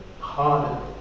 harder